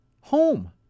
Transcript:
home